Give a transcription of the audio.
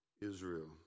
Israel